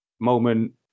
moment